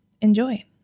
Enjoy